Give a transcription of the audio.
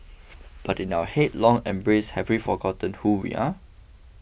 but in our headlong embrace have we forgotten who we are